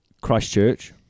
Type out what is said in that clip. Christchurch